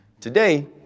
Today